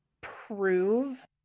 prove